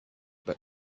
but